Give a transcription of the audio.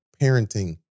parenting